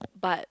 but